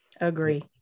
agree